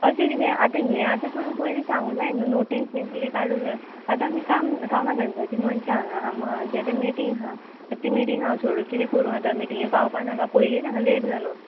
अशें किदें आतां हें आतां तुमी पयलीं सांगूं जाय न्हू नोटीस बीन किदें काडूं जाय आतां आमी काम कामा धंद्याची मनशां हांगा आतां मिटींग आहा आतां मिटींग हा हांव सोडूं कितें करूं आतां मिटींगे पावपा नाका पयलींच हांगा लेट जालो